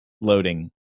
loading